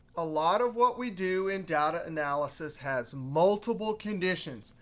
a lot of what we do in data analysis has multiple conditions.